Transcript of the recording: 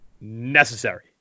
necessary